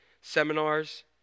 seminars